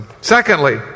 Secondly